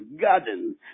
garden